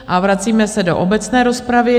A vracíme se do obecné rozpravy.